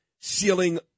ceiling